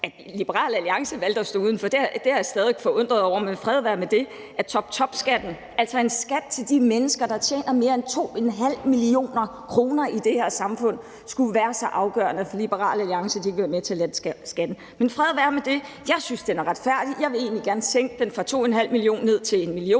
At Liberal Alliance valgte at stå udenfor, er jeg stadig væk forundret over, men fred være med det, altså at toptopskatten, en skat til de mennesker, der tjener mere end 2,5 mio. kr. i det her samfund, skulle være så afgørende for Liberal Alliance, at de ikke vil være med til at lette skatten. Men fred være med det. Jeg synes, den er retfærdig, og jeg ville egentlig gerne sænke grænsen fra 2,5 mio. kr. til 1 mio.